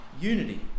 unity